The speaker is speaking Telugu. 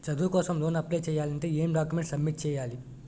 చదువు కోసం లోన్ అప్లయ్ చేయాలి అంటే ఎం డాక్యుమెంట్స్ సబ్మిట్ చేయాలి?